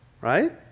right